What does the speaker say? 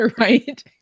Right